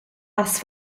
has